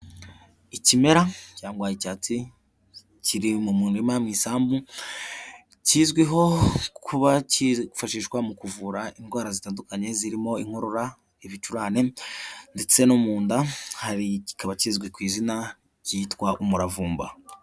Ikimera cyangwa cyatsi kiri mu murima mu isambu, kizwiho kuba cyifashishwa mu kuvura indwara zitandukanye, zirimo inkorora, ibicurane ndetse no mu nda, hari kikaba kizwi ku izina ryitwa umuravumba.